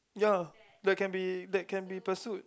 ya that can be that can be pursued